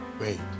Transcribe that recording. Wait